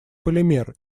полимер